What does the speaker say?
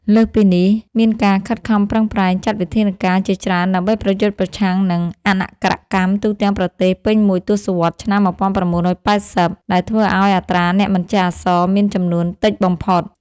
លើសពីនេះ មានការខិតខំប្រឹងប្រែងចាត់វិធានការជាច្រើនដើម្បីប្រយុទ្ធប្រឆាំងនឹងអនក្ខរកម្មទូទាំងប្រទេសពេញមួយទសវត្សរ៍ឆ្នាំ១៩៨០ ដែលធ្វើឱ្យអត្រាអ្នកមិនចេះអក្សរមានចំនួនតិចបំផុត។